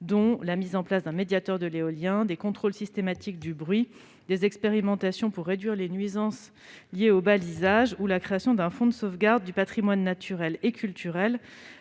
dont la mise en place d'un médiateur de l'éolien, des contrôles systématiques du bruit, des expérimentations pour réduire les nuisances liées au balisage, ou la création d'un fonds de sauvegarde du patrimoine naturel et culturel